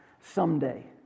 someday